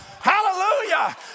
hallelujah